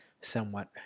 somewhat